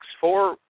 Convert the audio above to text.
four